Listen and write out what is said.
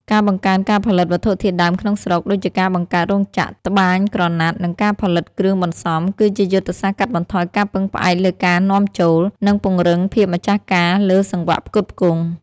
ការបង្កើនការផលិតវត្ថុធាតុដើមក្នុងស្រុក ដូចជាការបង្កើតរោងចក្រត្បាញក្រណាត់ និងការផលិតគ្រឿងបន្សំ គឺជាយុទ្ធសាស្ត្រកាត់បន្ថយការពឹងផ្អែកលើការនាំចូល និងពង្រឹងភាពម្ចាស់ការលើសង្វាក់ផ្គត់ផ្គង់។